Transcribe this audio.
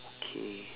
okay